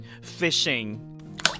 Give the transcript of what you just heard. fishing